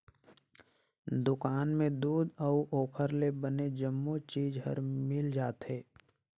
दुकान में दूद अउ ओखर ले बने जम्मो चीज हर मिल जाथे